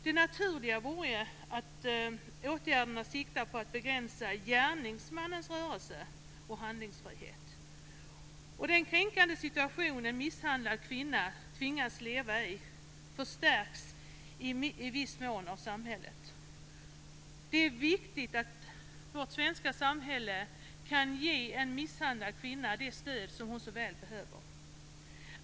Det naturliga vore att åtgärderna siktar på att begränsa gärningsmannens rörelse och handlingsfrihet. Den kränkande situation en misshandlad kvinna tvingas leva i förstärks i viss mån av samhället. Det är viktigt att vårt svenska samhälle kan ge en misshandlad kvinna det stöd som hon så väl behöver.